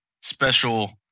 Special